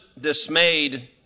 dismayed